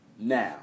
Now